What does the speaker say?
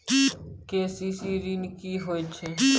KCC ॠन की होय छै?